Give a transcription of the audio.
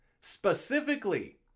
Specifically